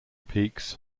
peaks